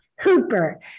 Hooper